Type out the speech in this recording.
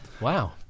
Wow